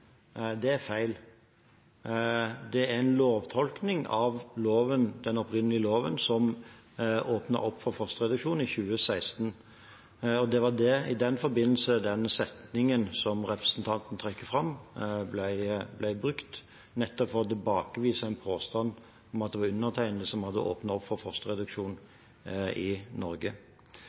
Det er feil. Det er en lovtolkning av den opprinnelige loven som åpnet opp for fosterreduksjon i 2016, og det var i den forbindelse den setningen som representanten trakk fram, ble brukt – nettopp for å tilbakevise en påstand om at det var undertegnede som hadde åpnet opp for fosterreduksjon i Norge.